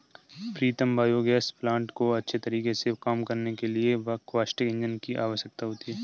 प्रीतम biogas plant को अच्छे तरीके से काम करने के लिए कंबस्टिव इंजन की आवश्यकता होती है